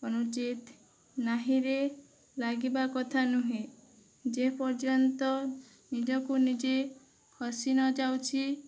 ଅନୁଚିତ୍ ନାହିରେ ଲାଗିବା କଥା ନୁହେଁ ଯେପର୍ଯ୍ୟନ୍ତ ନିଜକୁ ନିଜେ ଖସିନଯାଉଛି